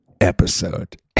episode